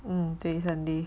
嗯对 sunday